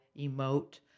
emote